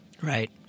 Right